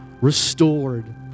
restored